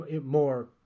more